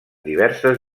diverses